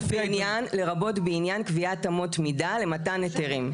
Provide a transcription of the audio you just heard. לרבות בעניין קביעת אמות מידה למתן היתרים.